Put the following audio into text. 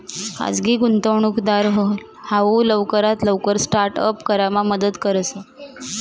खाजगी गुंतवणूकदार हाऊ लवकरात लवकर स्टार्ट अप करामा मदत करस